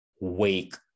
wake